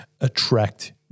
attract